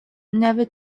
never